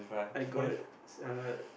I got uh